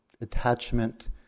attachment